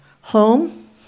Home